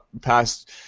past